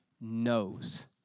knows